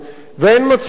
ואין מצפן,